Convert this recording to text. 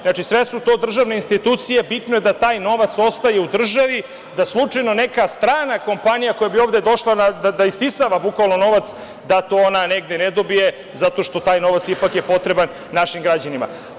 Znači, sve su to državne institucije, bitno je da taj novac ostaje u državi, da slučajno neka strana kompanija koja bi ovde došla da „isisava“ bukvalno novac, da to ona ne dobije zato što taj novac je ipak potreban našim građanima.